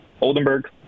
Oldenburg